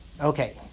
Okay